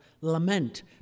lament